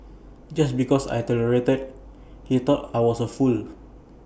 just because I tolerated he thought I was A fool